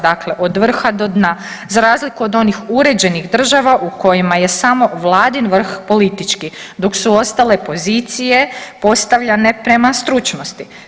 Dakle, od vrha do dna za razliku od onih uređenih država u kojima je samo vladin vrh politički dok su ostale pozicije postavljane prema stručnosti.